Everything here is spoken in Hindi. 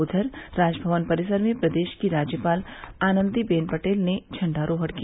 उधर राजभवन परिसर में प्रदेश की राज्यपाल आनंदी बेन पटेल ने झंडारोहण किया